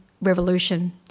revolution